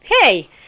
hey